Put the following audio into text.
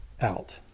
out